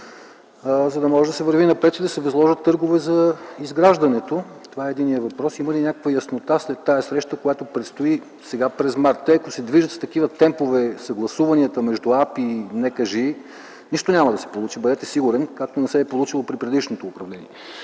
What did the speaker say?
за да може да се върви напред и да се договорят търгове за изграждането. Това е единият въпрос. Има ли някаква яснота след тази среща, която предстои сега през март? Ако се движат с такива темпове съгласуванията между АПИ и НКЖИ нищо няма да се получи. Бъдете сигурен. Както не се е получило и при предишното управление.